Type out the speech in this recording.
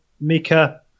Mika